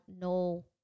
no